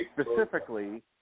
Specifically